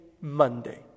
Monday